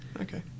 Okay